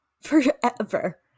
forever